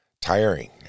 tiring